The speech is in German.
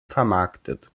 vermarktet